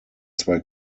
zwei